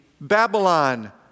Babylon